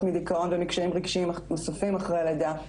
מדיכאון ומקשיים רגשיים נוספים אחרי הלידה,